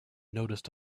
noticed